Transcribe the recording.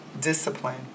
discipline